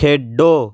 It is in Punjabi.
ਖੇਡੋ